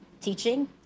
teaching